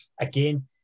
again